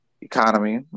economy